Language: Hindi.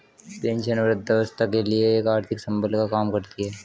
पेंशन वृद्धावस्था के लिए एक आर्थिक संबल का काम करती है